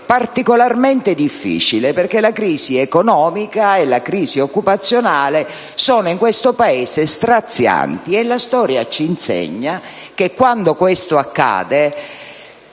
particolarmente difficile, perché la crisi economica e occupazionale in questo Paese è straziante e la storia ci insegna che quando questo accade,